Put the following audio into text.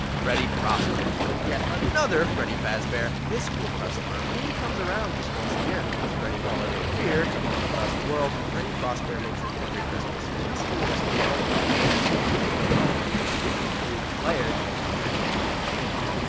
freddy frostbear. yet another freddy fazbear, this cool customer only comes around just once a year. spreading holiday fear to homes across the world, freddy frostbear makes every christmas just a little spookier. he has the unique ability to completely freeze the player during augmented reality gameplay.